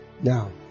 now